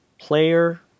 player